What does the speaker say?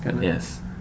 Yes